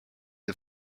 are